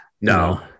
no